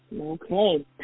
okay